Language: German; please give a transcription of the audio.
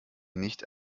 nicht